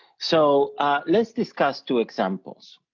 so let's discuss two examples.